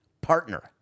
partner